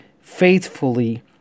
faithfully